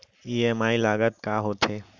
EMI लागत का होथे?